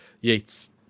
Yates